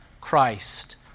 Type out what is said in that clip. Christ